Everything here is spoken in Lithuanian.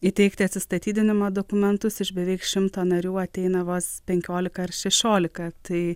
įteikti atsistatydinimo dokumentus iš beveik šimto narių ateina vos penkiolika ar šešiolika tai